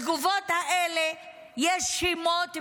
בתגובות האלה יש שמות ברורים,